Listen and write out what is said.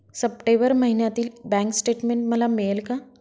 September महिन्यातील bank statement मला मिळेल का?